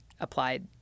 applied